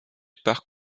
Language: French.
par